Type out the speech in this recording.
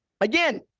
Again